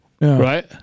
right